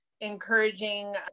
encouraging